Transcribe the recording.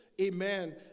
amen